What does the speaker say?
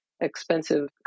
expensive